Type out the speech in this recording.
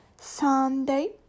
Sunday